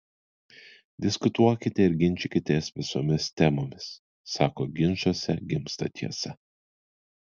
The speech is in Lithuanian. diskutuokite ir ginčykitės visomis temomis sako ginčuose gimsta tiesa